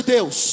Deus